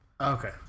Okay